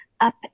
up